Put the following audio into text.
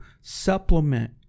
supplement